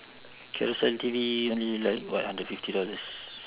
K_L sell T_V only like what hundred fifty dollars